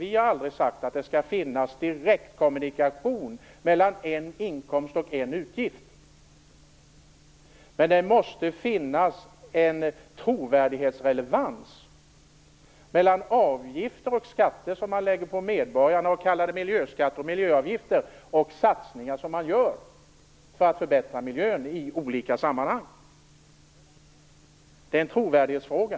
Vi har aldrig sagt att det skall finnas direktkommunikation mellan en inkomst och en utgift, men det måste finnas en trovärdig relevans mellan avgifter och skatter som man lägger på medborgarna och kallar miljöskatter och miljöavgifter och satsningar som man gör för att förbättra miljön i olika sammanhang. Det är en trovärdighetsfråga.